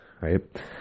right